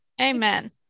amen